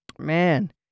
man